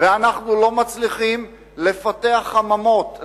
ואנחנו לא מצליחים לפתח חממות.